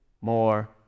more